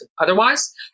otherwise